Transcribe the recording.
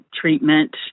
treatment